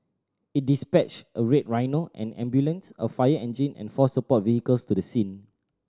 it dispatched a Red Rhino an ambulance a fire engine and four support vehicles to the scene